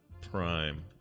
prime